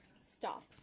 Stop